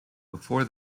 before